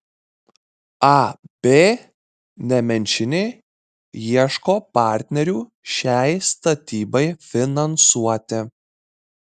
ab nemenčinė ieško partnerių šiai statybai finansuoti